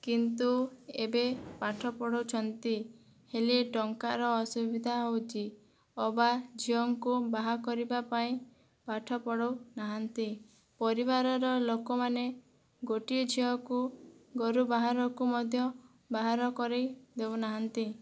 କିନ୍ତୁ ଏବେ ପାଠ ପଢ଼ାଉଛନ୍ତି ହେଲେ ଟଙ୍କାର ଅସୁବିଧା ହଉଛି ଅବା ଝିଅଙ୍କୁ ବାହା କରିବା ପାଇଁ ପାଠ ପଢ଼ାଉ ନାହାନ୍ତି ପରିବାରର ଲୋକମାନେ ଗୋଟିଏ ଝିଅକୁ ଘରୁ ବାହାରକୁ ମଧ୍ୟ ବାହାର କରେଇ ଦେଉନାହାନ୍ତି